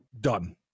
done